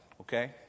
okay